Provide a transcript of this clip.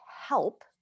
help